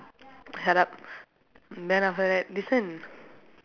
shut up and then after that listen